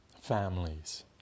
families